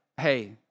Hey